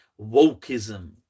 wokeism